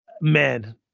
man